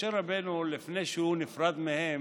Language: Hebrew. משה רבנו, לפני שהוא נפרד מהם,